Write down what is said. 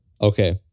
Okay